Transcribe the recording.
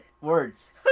words